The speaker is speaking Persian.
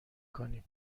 کنیم